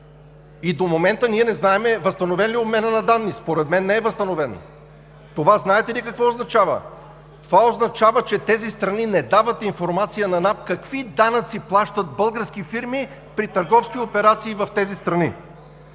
И до момента ние не знаем възстановен ли е обменът на данни. Според мен не е възстановен. Това знаете ли какво означава? Това означава, че тези страни не дават информация на НАП какви данъци плащат български фирми при търговски операции в тези страни.